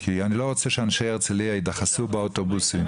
כי אני לא רוצה שאנשי הרצליה יידחסו באוטובוסים.